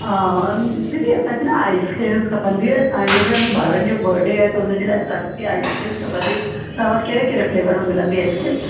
दीदी असांखे न आइसक्रीम्स खपंदी हुई असांजे घर में ॿारनि जो बर्थडे आहे त हुन जे लाइ असांखे आइसक्रीम खपंदी हुई तव्हां वटि कहिड़े कहिड़े फ़्लेवर में मिलंदी आइसक्रीम